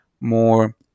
more